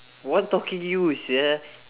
what talking you sia